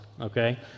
okay